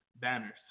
Banners